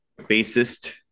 bassist